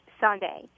Sunday